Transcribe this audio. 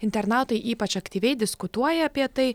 internautai ypač aktyviai diskutuoja apie tai